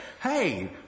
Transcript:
Hey